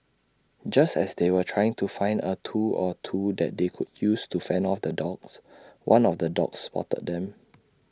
just as they were trying to find A tool or two that they could use to fend off the dogs one of the dogs spotted them